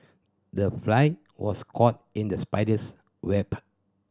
the fly was caught in the spider's web